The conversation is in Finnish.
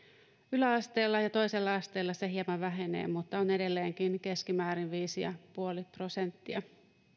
yläasteella ja ja toisella asteella se hieman vähenee mutta on edelleenkin keskimäärin viisi pilkku viisi prosenttia